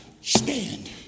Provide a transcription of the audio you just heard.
stand